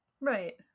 Right